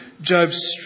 Job's